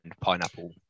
pineapple